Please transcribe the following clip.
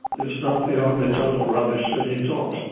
it is not the only total rubbish that he talks.